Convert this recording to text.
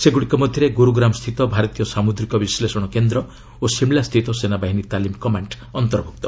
ସେଗୁଡ଼ିକ ମଧ୍ୟରେ ଗୁରୁଗ୍ରାମ୍ସ୍ଥିତ ଭାରତୀୟ ସାମୁଦ୍ରିକ ବିଶ୍ଳେଷଣ କେନ୍ଦ୍ର ଓ ଶିମଳାସ୍ଥିତ ସେନାବାହିନୀ ତାଲିମ କମାଣ୍ଡ ଅନ୍ତର୍ଭୁକ୍ତ